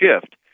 shift